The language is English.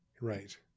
Right